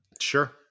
Sure